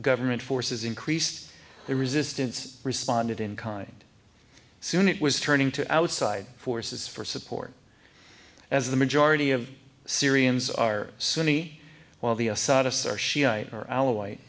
government forces increased the resistance responded in kind soon it was turning to outside forces for support as the majority of syrians are sunni while the assad us are